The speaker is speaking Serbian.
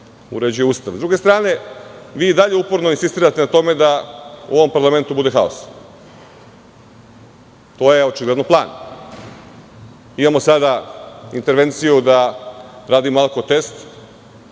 uređuje Ustav.S druge strane, vi i dalje insistirate uporno na tome da u ovom parlamentu bude haos. To je očigledno plan. Imamo sada intervenciju da radimo alkotest. Pozivam